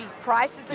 Prices